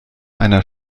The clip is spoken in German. einer